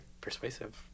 persuasive